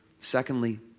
Secondly